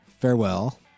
farewell